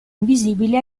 invisibili